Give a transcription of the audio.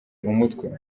umutwe